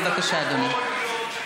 בבקשה, אדוני.